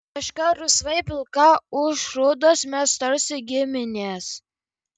meška rusvai pilka ūš rudas mes tarsi giminės